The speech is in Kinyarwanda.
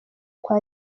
kwa